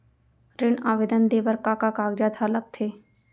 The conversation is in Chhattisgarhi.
ऋण आवेदन दे बर का का कागजात ह लगथे?